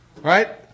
Right